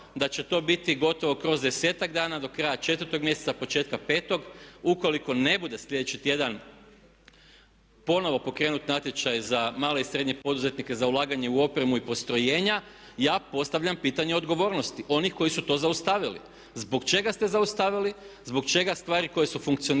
da će to biti gotovo kroz desetak dana, do kraja četvrtog mjeseca početkom petog. Ukoliko ne bude sljedeći tjedan ponovno pokrenut natječaj za male i srednje poduzetnike za ulaganje u opremu i postrojenja. Ja postavljam pitanje odgovornosti onih koji su to zaustavili. Zbog čega ste zaustavili, zbog čega stvari koje su funkcionirale